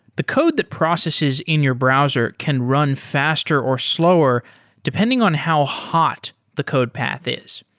the code that processes in your browser can run faster or slower depending on how hot the code path is.